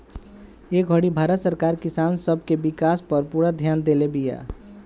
ए घड़ी भारत सरकार किसान सब के विकास पर पूरा ध्यान देले बिया